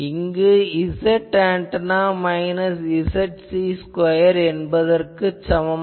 இது Zantenna minus Zc square என்பதற்குச் சமம்